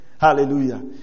hallelujah